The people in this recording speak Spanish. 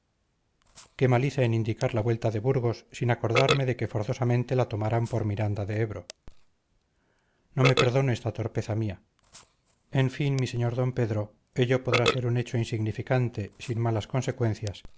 mal hice en indicar la vuelta de burgos sin acordarme de que forzosamente la tomarán por miranda de ebro no me perdono esta torpeza mía en fin mi sr d pedro ello podrá ser un hecho insignificante sin malas consecuencias